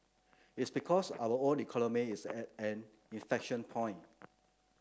it's because our own economy is at an inflection point